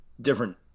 different